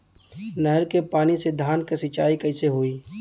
नहर क पानी से धान क सिंचाई कईसे होई?